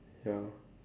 ya